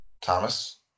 Thomas